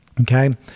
Okay